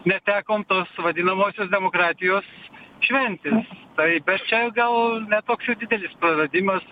netekom tos vadinamosios demokratijos šventės tai bet čia gal ne toks jau didelis praradimas